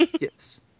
Yes